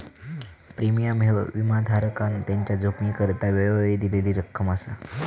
premium ह्यो विमाधारकान त्याच्या जोखमीकरता वेळोवेळी दिलेली रक्कम असा